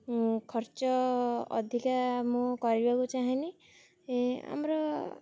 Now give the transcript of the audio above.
ଖର୍ଚ୍ଚ ଅଧିକା ମୁଁ କରିବାକୁ ଚାହେଁନି ଆମର